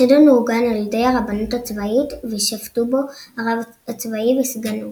החידון אורגן על ידי הרבנות הצבאית ושפטו בו הרב הצבאי וסגנו.